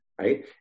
right